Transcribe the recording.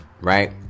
right